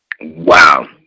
Wow